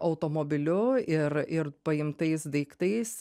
automobiliu ir ir paimtais daiktais